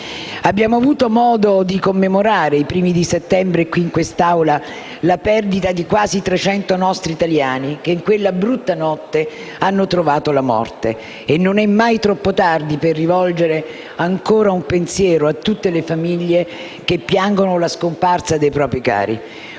Abbiamo avuto modo di commemorare, i primi di settembre, qui in quest'Aula, la perdita dei quasi 300 nostri italiani che in quella brutta notte hanno trovato la morte e non è mai troppo tardi per rivolgere ancora un pensiero a tutte le famiglie che piangono la scomparsa dei propri cari.